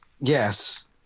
yes